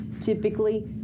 typically